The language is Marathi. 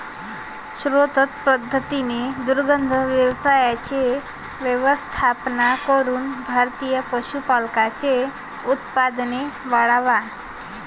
शास्त्रोक्त पद्धतीने दुग्ध व्यवसायाचे व्यवस्थापन करून भारतीय पशुपालकांचे उत्पन्न वाढवा